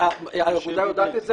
האגודה יודעת את זה